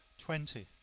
twenty.